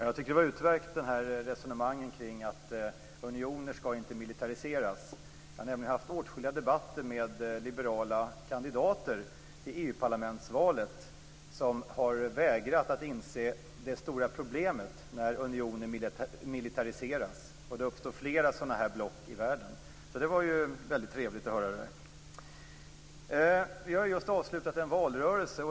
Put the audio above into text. Fru talman! Resonemanget om att unioner inte skall militariseras är utmärkt. Jag har haft åtskilliga debatter med liberala kandidater i EU parlamentsvalet som har vägrat att inse det stora problemet när unioner militariseras och det uppstår flera block i världen. Det var trevligt att höra. Vi har just avslutat en valrörelse.